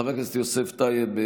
חבר הכנסת יוסף טייב,